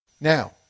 Now